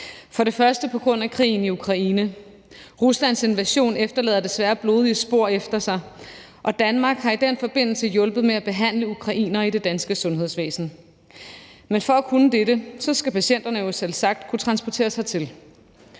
og fremmest på grund af krigen i Ukraine. Ruslands invasion trækker desværre blodige spor efter sig, og Danmark har i den forbindelse hjulpet med at behandle ukrainere i det danske sundhedsvæsen, men for at kunne dette skal patienterne jo selvsagt kunne transporteres hertil.